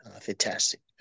fantastic